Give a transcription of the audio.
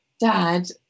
Dad